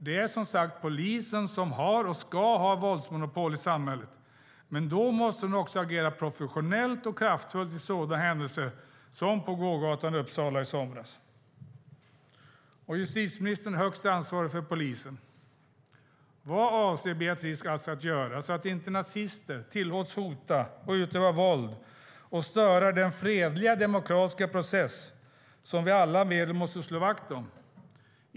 Det är, som sagt, polisen som har och ska ha våldsmonopol i samhället, men då måste den också agera professionellt och kraftfullt vid händelser som den på gågatan i Uppsala i somras. Justitieministern är högst ansvarig för polisen. Vad avser Beatrice Ask att göra för att inte nazister ska tillåtas att hota, utöva våld och störa den fredliga demokratiska process som vi med alla medel måste slå vakt om?